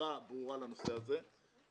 ותשובה ברורה לנושא הזה,